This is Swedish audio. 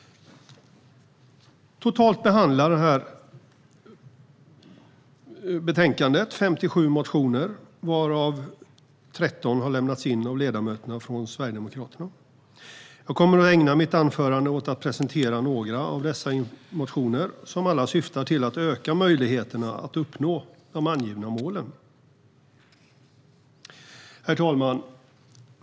Totalt behandlas i betänkandet 57 motioner, varav 13 har lämnats in av ledamöterna från Sverigedemokraterna. Jag kommer att ägna mitt anförande åt att presentera några av dessa motioner, som alla syftar till att öka möjligheterna att uppnå de angivna målen. Herr talman!